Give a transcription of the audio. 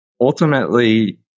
ultimately